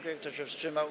Kto się wstrzymał?